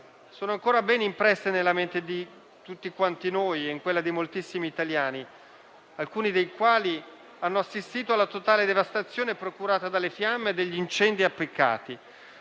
sono ancora ben impresse nella mente di tutti quanti noi e in quella di moltissimi italiani, alcuni dei quali hanno assistito alla totale devastazione procurata dalle fiamme degli incendi appiccati.